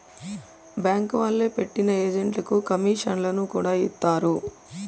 bank వాళ్లే పెట్టిన ఏజెంట్లకు కమీషన్లను కూడా ఇత్తారు